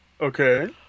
Okay